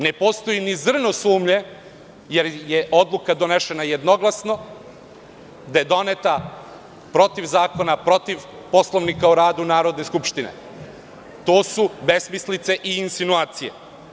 Ne postoji ni zrno sumnje, jer je odluka donesena jednoglasno, da je doneta protiv zakona, protiv Poslovnika o radu Narodne skupštine, to su besmislice i insinuacije.